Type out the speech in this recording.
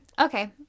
Okay